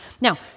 Now